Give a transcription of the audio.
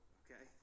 okay